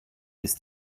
ist